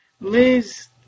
Liz